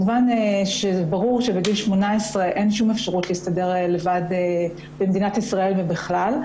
ברור שבגיל 18 אין שום אפשרות להסתדר לבד במדינת ישראל ובכלל,